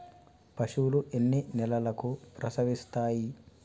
పశువులు ఎన్ని నెలలకు ప్రసవిస్తాయి?